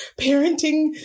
parenting